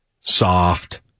soft